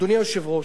אדוני היושב-ראש,